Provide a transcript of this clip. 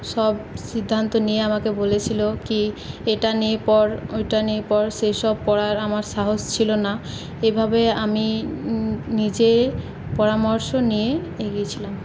সব সিদ্ধান্ত নিয়ে আমাকে বলেছিল কী এটা নিয়ে পড় ওইটা নিয়ে পড় সেই সব পড়ার আমার সাহস ছিল না এইভাবে আমি নিজে পরামর্শ নিয়ে এগিয়েছিলাম